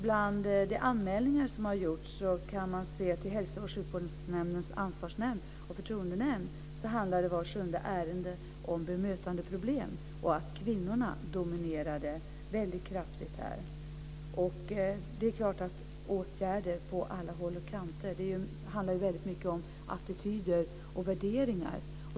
Bland de anmälningar som har gjorts till Hälsooch sjukvårdens ansvarsnämnd och förtroendenämnd handlar vart sjunde ärende om bemötandeproblem. Kvinnorna dominerar kraftigt här. Åtgärder på alla håll och kanter handlar mycket om attityder och värderingar.